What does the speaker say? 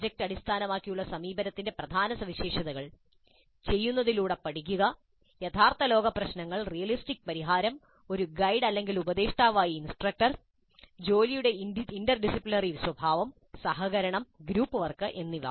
project അടിസ്ഥാനമാക്കിയുള്ള സമീപനത്തിന്റെ പ്രധാന സവിശേഷതകൾ ചെയ്യുന്നതിലൂടെ പഠിക്കുക യഥാർത്ഥ ലോക പ്രശ്നങ്ങൾ റിയലിസ്റ്റിക് പരിഹാരം ഒരു ഗൈഡ് ഉപദേഷ്ടാവായി ഇൻസ്ട്രക്ടർ ജോലിയുടെ ഇന്റർഡിസിപ്ലിനറി സ്വഭാവം സഹകരണം ഗ്രൂപ്പ് വർക്ക് എന്നിവ